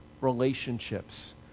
relationships